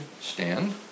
stand